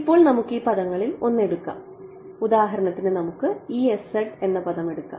ഇപ്പോൾ നമുക്ക് ഈ പദങ്ങളിൽ ഒന്ന് എടുക്കാം ഉദാഹരണത്തിന് നമുക്ക് എന്ന പദം എടുക്കാം